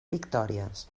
victòries